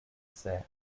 cère